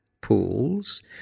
pools